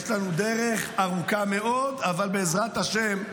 יש לנו דרך ארוכה מאוד, אבל בעזרת השם,